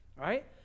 right